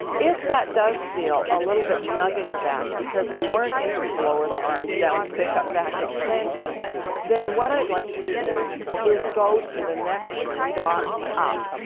if that does feel a little bit snug in your back because we weren't able to lower the arms down to pick up back expansion then what i'd like you to do is go to the next dot up.